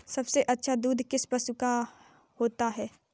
सबसे अच्छा दूध किस पशु का होता है?